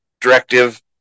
directive